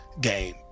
game